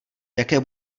jaké